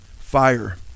fire